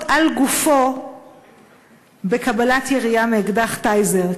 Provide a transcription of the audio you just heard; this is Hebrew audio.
על גופו בקבלת ירייה מאקדח "טייזר",